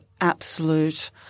absolute